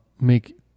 make